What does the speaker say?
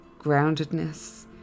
groundedness